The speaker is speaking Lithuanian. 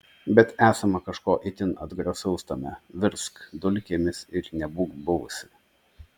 bet esama kažko itin atgrasaus tame virsk dulkėmis ir nebūk buvusi